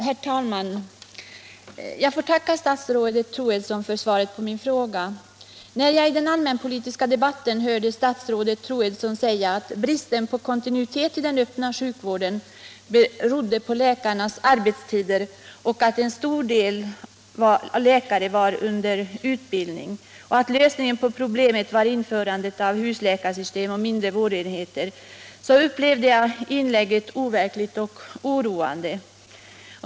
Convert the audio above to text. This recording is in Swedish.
Herr talman! Jag får tacka statsrådet Troedsson för svaret på min fråga. När jag i den allmänpolitiska debatten hörde statsrådet Troedsson säga att bristen på kontinuitet i den öppna sjukvården berodde på läkarnas arbetstider, att många läkare var under utbildning och att lösningen på att tillgodose läkarbehovet i Norrland problemet var införande av husläkarsystem och mindre vårdenheter, så upplevde jag inlägget som overkligt och oroande.